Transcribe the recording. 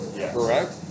Correct